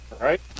Right